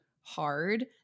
hard